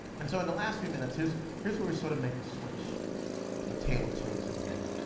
and so in the last few minutes, here's here's where we sort of make the switch to a tale of toads and men.